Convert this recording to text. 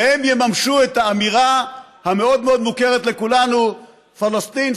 והם יממשו את האמירה המאוד-מאוד מוכרת לכולנו: פלסטין,